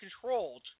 controlled